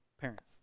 parents